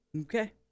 Okay